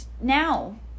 now